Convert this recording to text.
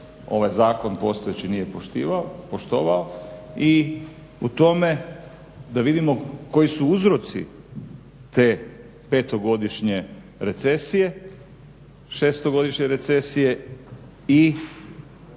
ovaj zakon postojeći nije poštovao i o tome da vidimo koji su uzroci te petogodišnje recesije, šestogodišnje recesije i